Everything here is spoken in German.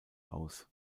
aus